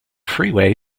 freeway